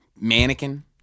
Mannequin